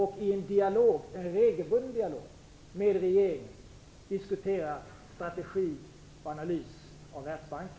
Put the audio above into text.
De diskuterar strategier och analyser av Världsbanken i en regelbunden dialog med regeringen.